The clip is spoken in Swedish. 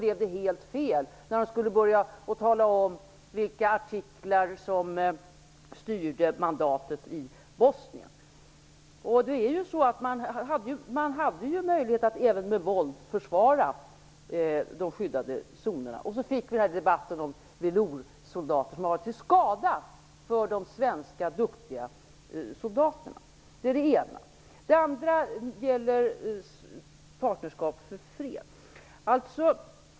Det blev helt fel när man skulle tala om vilka artiklar som styrde mandatet i Bosnien. Man hade möjlighet att även med våld försvara de skyddade zonerna. Vi fick debatten om veloursoldater, som har varit till skada för de duktiga svenska soldaterna. Det är det ena. Det andra gäller Partnerskap för fred.